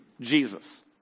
Jesus